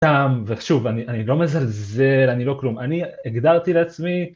שם ושוב אני לא מזלזל אני לא כלום אני הגדרתי לעצמי